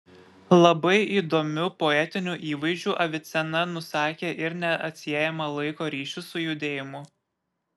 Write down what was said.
labai įdomiu poetiniu įvaizdžiu avicena nusakė ir neatsiejamą laiko ryšį su judėjimu